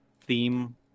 theme